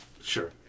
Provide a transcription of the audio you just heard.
Sure